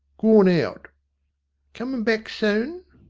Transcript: gawn out comin' back soon?